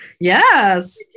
yes